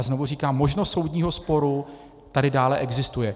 Znovu říkám, možnost soudního sporu tady dále existuje.